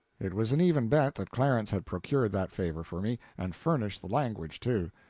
it was an even bet that clarence had procured that favor for me and furnished the language, too.